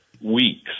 weeks